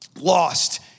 lost